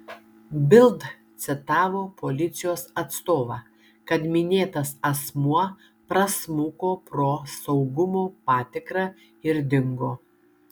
bild citavo policijos atstovą kad minėtas asmuo prasmuko pro saugumo patikrą ir dingo